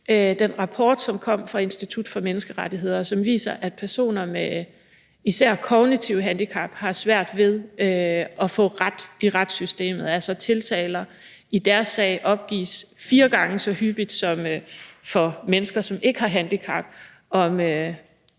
den rapport, som kom fra Institut for Menneskerettigheder, som viser, at personer med især kognitive handicap har svært ved at få ret i retssystemet, altså at tiltaler i deres sag opgives fire gange så hyppigt som for mennesker, som ikke har handicap.